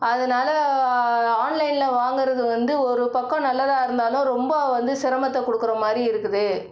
அதனால ஆன்லைனில் வாங்கறது வந்து ஒரு பக்கம் நல்லதாக இருந்தாலும் ரொம்ப வந்து சிரமத்தை குடுக்குற மாரி இருக்குது